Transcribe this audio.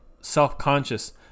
self-conscious